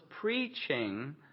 preaching